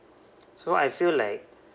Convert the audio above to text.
so I feel like